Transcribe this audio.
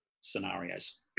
scenarios